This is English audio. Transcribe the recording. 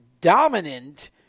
dominant